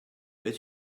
mais